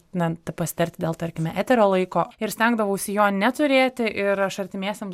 na pasitarti dėl tarkime eterio laiko ir stengdavausi jo neturėti ir aš artimiesiems